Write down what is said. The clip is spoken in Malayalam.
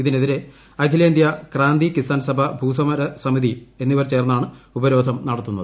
ഇതിനെതിരെ അഖിലേന്ത്യാ ക്രാന്തി കിസാൻസഭ ഭൂസമര സമിതി എന്നിവർ ചേർന്നാണ് ഉപരോധം നടത്തുന്നത്